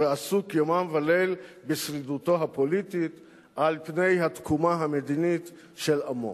ועסוק יומם וליל בשרידותו הפוליטית במקום בתקומה המדינית של עמו.